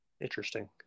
Interesting